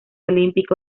olímpico